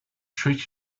treat